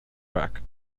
track